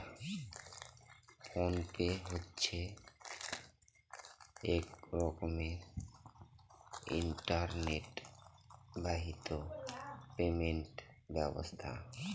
phone pay হচ্ছে এক রকমের ইন্টারনেট বাহিত পেমেন্ট ব্যবস্থা